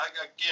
again